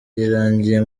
irangiye